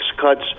cuts